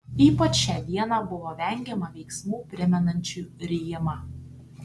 ypač šią dieną buvo vengiama veiksmų primenančių rijimą